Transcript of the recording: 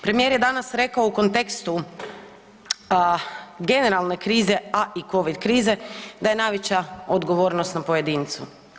Premijer je danas rekao u kontekstu generalne krize, a i Covid krize, da je najveća odgovornost na pojedincu.